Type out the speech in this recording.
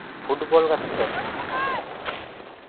football ᱜᱟᱛᱮᱜ ᱫᱚ